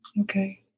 Okay